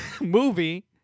movie